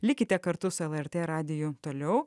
likite kartu su lrt radiju toliau